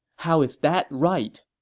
how is that right?